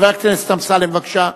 חבר הכנסת אמסלם, בבקשה.